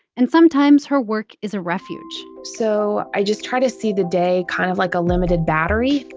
and sometimes her work is a refuge so i just try to see the day kind of like a limited battery,